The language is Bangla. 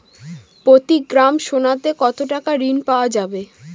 প্রতি গ্রাম সোনাতে কত টাকা ঋণ পাওয়া যাবে?